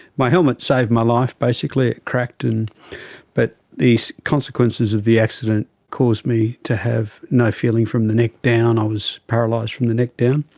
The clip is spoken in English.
my helmet saved my life basically, it cracked, and but the consequences of the accident caused me to have no feeling from the neck down, i was paralysed from the neck down.